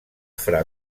fra